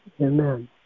Amen